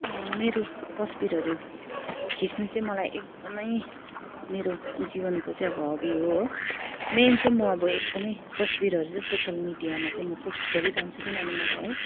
मेरो तस्बिरहरू खिच्नु चाहिँ मलाई एकदमै मेरो जीवनको चाहिँ अब हबी हो हो मेन चाहिँ म अब एकदमै तस्बिरहरू चाहिँ सोसल मिडियामा चाहिँ म पोस्ट गरिरहन्छु किनभने मलाई है